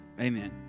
amen